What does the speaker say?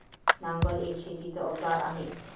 नांगर एक शेतीच अवजार आहे